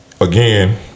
again